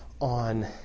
on